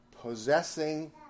possessing